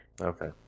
Okay